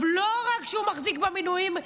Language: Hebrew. לא רק שהוא מחזיק במינויים,